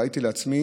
ראיתי לעצמי